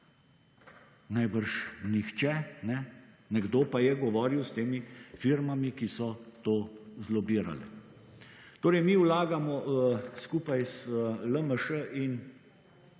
Najbrž nihče. Nekdo pa je govoril s temi firmami, ki so to zlobirale. Torej mi vlagamo skupaj z LMŠ in